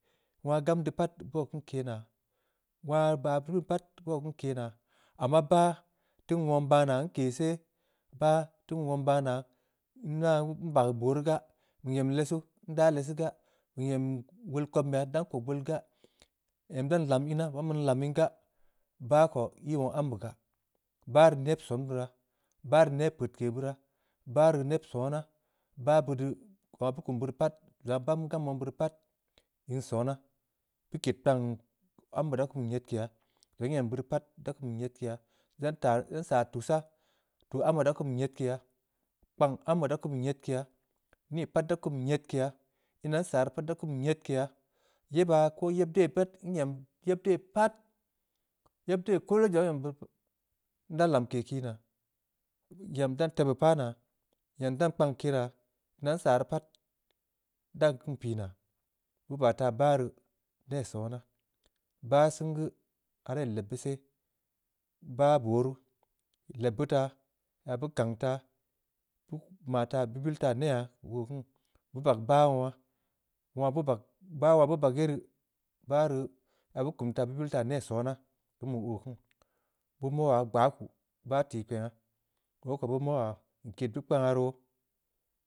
Wongha gam deu pat baa keun kena. wongha baa beu rii pat, bauw keun kenaa. amma bah, teun wong baa naa, nkeh seh, bah teun wong baa naa, nbageu boru gaa. nyem lessu, nda lessu gaa. nyem wol kobnbey ndan kob wol gaa. em dan lam inaa, dan lam in gaa. bah ko, ii wong ambe gaa. bah rii neb son beura. bah rii neh peudke beuraa, bah rii neb sona. bah beu dii zong aah beu kum beu rii pat, zong aah bahm gam wong beuri pat, in sona. beu ked ambe daa kum nyedkeya. zong aah nyem beuri pat, da kum nyedkeya, zan taa nsaa tuussaa, tuu ambe da kum nyedkeya, kpang ambe da kum nyedkeya nii pat da kum nyedkeya. ina nsaa rii pat da kum nyedkeya, yenna ko yeb de pat, nyem yeb de pat. yeb de koole zong aah nyem beu rii, nda lamke kiinaa. Nyam dan tebeu paah naa. Nyam dan kpang keraa. ina nsaaa rii pat, dan keun pii naa, beu baa taa bah rii. neh sona. bah sen geu, araa ii leb beu seh, bah booruu, ii leb beu taa. ya beu kang taa. bue maa taa beu bill taa neyha. keu boo kiini, beu bag bah wongha. wongha beu bag, bah aah beu bag ye brii. bah rii aah beu kum taa, beu bil taa neh sona, keun beu oo kini, beu moya gbaku, bah tikpengha. obeu ko beu moya. nked beu kpangha roo